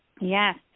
Yes